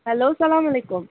hello سلام علیکُم